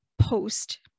post